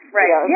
right